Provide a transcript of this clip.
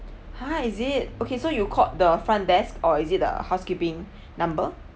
ha is it okay so you called the front desk or is it the housekeeping number